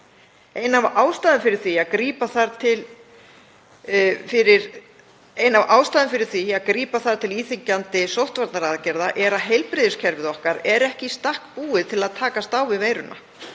Ein af ástæðunum fyrir því að grípa þarf til íþyngjandi sóttvarnaaðgerða er að heilbrigðiskerfið okkar er ekki í stakk búið til að takast á við veiruna.